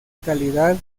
calidad